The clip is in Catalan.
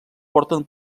porten